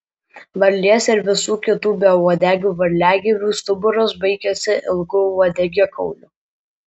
varlės ir visų kitų beuodegių varliagyvių stuburas baigiasi ilgu uodegikauliu